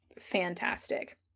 fantastic